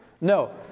No